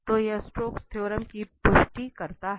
तो यह Stokes theorem की पुष्टि करता है